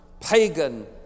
pagan